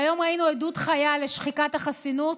והיום ראינו עדות חיה לשחיקת החסינות.